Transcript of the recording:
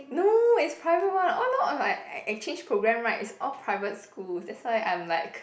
no its private one all along exchange program right is all private schools that's why I'm like